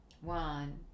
One